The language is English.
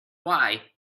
why